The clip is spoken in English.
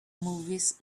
movies